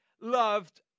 loved